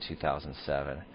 2007